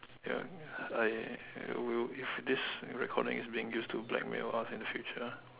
I I I will if this recording is being used to blackmail us in the future